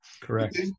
Correct